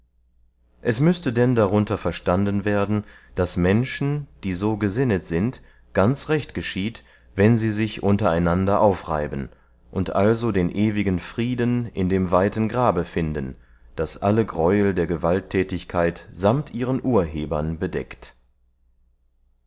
es müßte denn darunter verstanden werden daß menschen die so gesinnet sind ganz recht geschieht wenn sie sich unter einander aufreiben und also den ewigen frieden in dem weiten grabe finden das alle gräuel der gewaltthätigkeit sammt ihren urhebern bedeckt